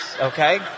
okay